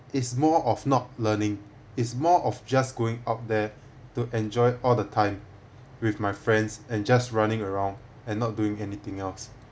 is more of not learning is more of just going out there to enjoy all the time with my friends and just running around and not doing anything else